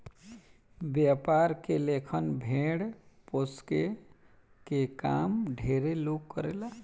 व्यापार के लेखन भेड़ पोसके के काम ढेरे लोग करेला